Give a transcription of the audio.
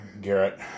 Garrett